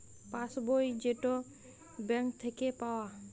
pass বই যেইটা থাকে ব্যাঙ্ক থাকে পাওয়া